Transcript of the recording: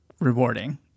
rewarding